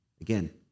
Again